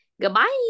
goodbye